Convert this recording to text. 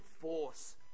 force